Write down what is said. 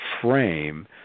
frame